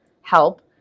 help